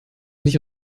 nicht